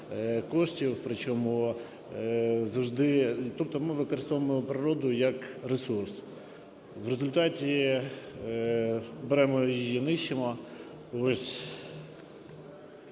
ми використовуємо природу, як ресурс. В результаті беремо, її нищимо,